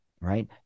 right